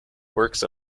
works